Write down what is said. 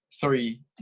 three